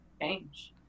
change